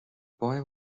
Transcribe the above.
boy